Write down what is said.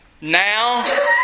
now